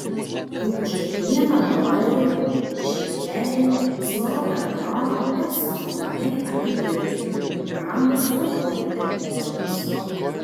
juk už kiekvieną dolerį šekelį zlotą ar kroną teks kruvinai atidirbti brangūs ponai ir ponios